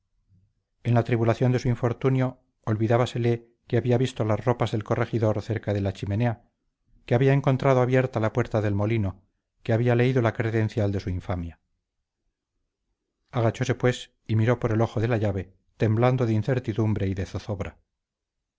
en la tribulación de su infortunio olvidábasele que había visto las ropas del corregidor cerca de la chimenea que había encontrado abierta la puerta del molino que había leído la credencial de su infamia agachóse pues y miró por el ojo de la llave temblando de incertidumbre y de zozobra